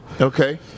Okay